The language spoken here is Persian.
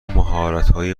مهارتهای